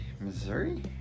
Missouri